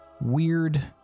weird